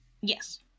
Yes